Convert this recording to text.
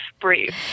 Breathe